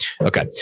Okay